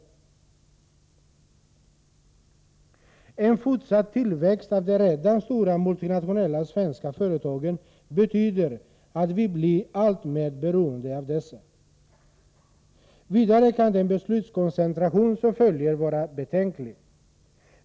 En fortsatt tillväxt av de redan stora multinationella svenska företagen betyder att vi blir alltmer beroende av dessa. Vidare kan den beslutskoncentration som följer vara betänklig.